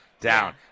down